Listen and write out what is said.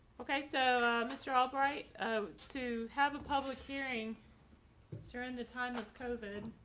okay, so, mr. albright to have a public hearing during the time of covid.